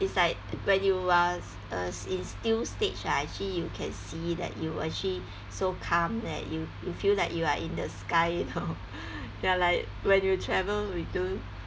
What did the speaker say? it's like when you are uh in still stage ah actually you can see that you actually so calm that you you feel like you are in the sky you know ya like when you travel we do